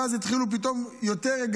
ואז התחילו פתאום יותר,